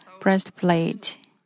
breastplate